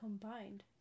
combined